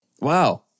Wow